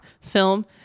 film